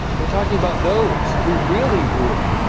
we're talking about those who really rule